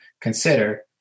consider